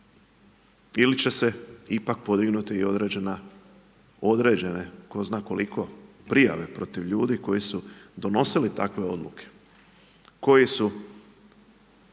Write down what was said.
Ili će se ipak podignuti i određene, tko zna koliko, prijave protiv ljudi koji su donosili takve odluke, koji su